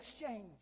exchange